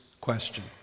question